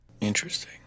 Interesting